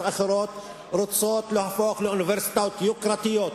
אחרות רוצות להפוך לאוניברסיטאות יוקרתיות.